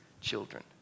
children